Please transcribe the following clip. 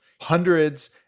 hundreds